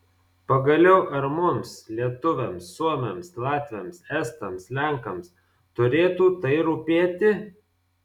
pagaliau ar mums lietuviams suomiams latviams estams lenkams turėtų tai rūpėti